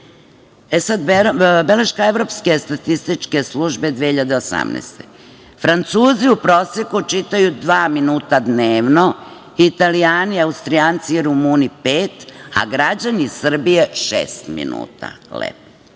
komentarisala. Beleška Evropske statističke službe 2018. godine: Francuzi u proseku čitaju dva minuta dnevno, Italijani, Austrijanci i Rumuni pet, a građani Srbije šest minuta. Lepo. Na